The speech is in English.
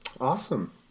Awesome